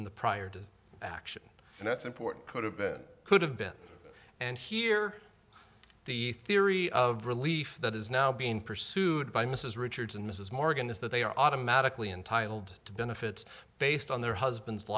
in the prior to action and that's important could have been could have been and here the theory of relief that is now being pursued by mrs richards and mrs morgan is that they are automatically entitled to benefits based on their husband